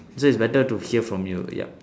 so it's better to hear from you yup